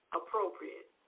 appropriate